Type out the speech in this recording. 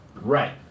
Right